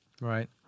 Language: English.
Right